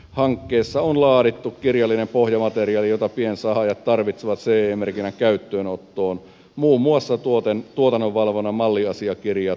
hankkeessa on laadittu kirjallinen pohjamateriaali jota piensahaajat tarvitsevat ce merkinnän käyttöönottoon muun muassa tuotannonvalvonnan malliasiakirjat